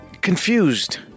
confused